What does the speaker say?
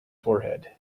forehead